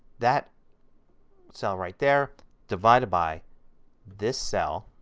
that cell right there divided by this cell